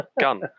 gun